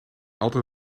altijd